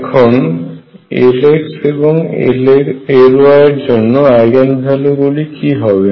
এখন Lx এবং Ly এর জন্য আইগেন ভ্যালু গুলি কি হবে